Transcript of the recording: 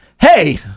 hey